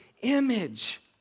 image